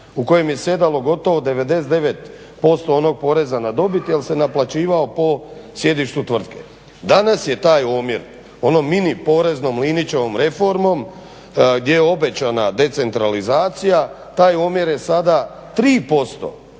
u kojem je sjedalo gotovo 99% onog poreza na dobit jer se naplaćivao po sjedištu tvrtke. Danas je taj omjer onom mini poreznom Linićevom reformom gdje je obećana decentralizacija, taj omjer je sada 3%